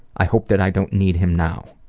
i hope that i don't need him now.